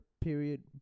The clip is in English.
period